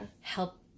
help